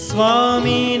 Swami